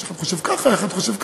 אחד חושב ככה, אחד חושב ככה.